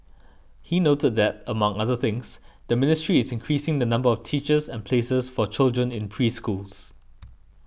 he noted that among other things the ministry is increasing the number of teachers and places for children in preschools